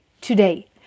today